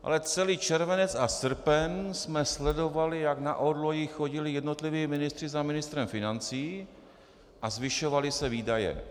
Ale celý červenec a srpen jsme sledovali, jak na orloji chodili jednotliví ministři za ministrem financí a zvyšovaly se výdaje.